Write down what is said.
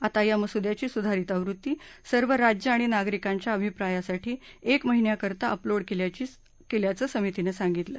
आता या मसुद्याची सुधारित आवृत्ती सर्व राज्य आणि नागरिकांच्या अभिप्रायासाठी एक महिन्याकरता अपलोड केल्याचं समितीनं सांगितलं